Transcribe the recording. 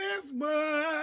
christmas